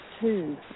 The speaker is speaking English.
two